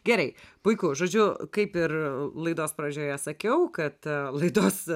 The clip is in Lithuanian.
gerai puiku žodžiu kaip ir laidos pradžioje sakiau kad laidos